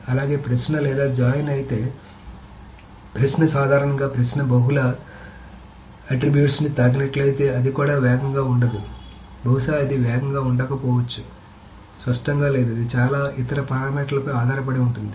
అలాగే ప్రశ్న లేదా జాయిన్ అయితే ప్రశ్న సాధారణంగా ప్రశ్న బహుళ ఆట్రిబ్యూట్స్ ను తాకినట్లయితే అది కూడా వేగంగా ఉండదు బహుశా అది వేగంగా ఉండకపోవచ్చు స్పష్టంగా లేదు ఇది చాలా ఇతర పారామీటర్ ల పై ఆధారపడి ఉంటుంది